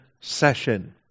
session